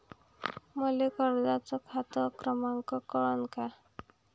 मले कर्जाचा खात क्रमांक कळन का?